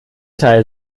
teil